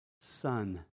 son